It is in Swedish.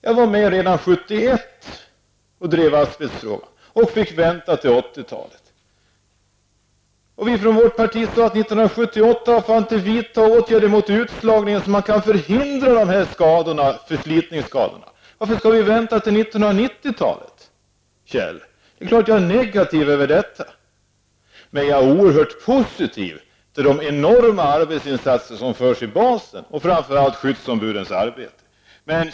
Jag var med redan år 1971 och drev asbestfrågan, och vi fick vänta ända till 1980-talet på lagstiftningen i frågan. Vi i vårt parti frågade redan 1978 varför man inte skulle vidta åtgärder mot utslagningen och förhindra dessa förslitningsskador. Varför skulle vi vänta till 1990-talet? Det är klart att jag blir negativ till detta. Men jag är oerhört positiv till de enorma arbetsinsatser som görs framför allt av skyddsombuden.